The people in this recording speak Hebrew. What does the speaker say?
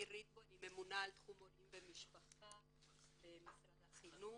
אני ממונה על תחום הורים ומשפחה במשרד החינוך.